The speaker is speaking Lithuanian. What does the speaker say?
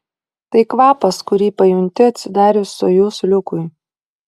tai kvapas kurį pajunti atsidarius sojuz liukui